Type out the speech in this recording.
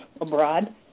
abroad